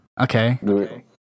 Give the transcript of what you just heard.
Okay